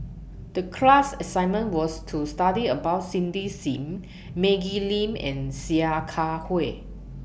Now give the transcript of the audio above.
The class assignment was to study about Cindy SIM Maggie Lim and Sia Kah Hui